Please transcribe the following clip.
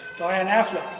diane affleck,